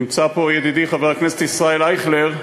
נמצא פה ידידי חבר הכנסת ישראל אייכלר,